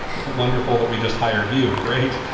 wonderful that we just hired you, great.